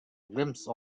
glimpse